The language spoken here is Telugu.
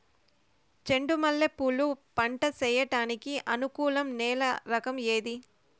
చెండు మల్లె పూలు పంట సేయడానికి అనుకూలం నేల రకం ఏది